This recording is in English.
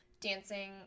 dancing